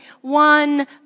one